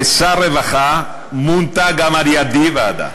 כשר הרווחה מונתה גם על-ידי ועדה,